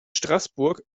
straßburg